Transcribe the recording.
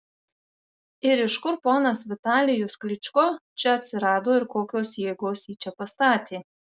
ir iš kur ponas vitalijus klyčko čia atsirado ir kokios jėgos jį čia pastatė